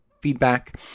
feedback